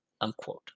unquote